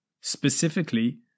specifically